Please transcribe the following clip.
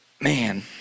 man